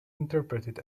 interpreted